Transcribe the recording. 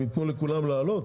הם ייתנו לכולם לעלות?